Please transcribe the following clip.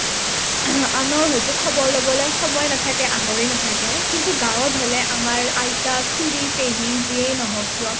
আনৰ সৈতে খবৰ ল'বলৈ সময় নাথাকে আহৰি নাথাকে কিন্তু গাঁৱত হ'লে আমাৰ আইতা খুৰী পেহী যিয়েই নহওক কিয়